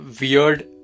weird